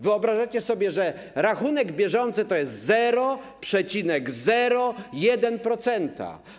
Wyobrażacie sobie, że rachunek bieżący to jest 0,01%?